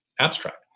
abstract